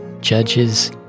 judges